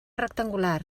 rectangular